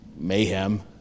Mayhem